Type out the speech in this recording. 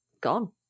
gone